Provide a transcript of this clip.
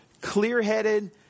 clear-headed